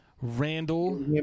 Randall